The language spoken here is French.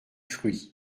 fruits